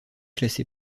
classé